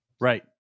Right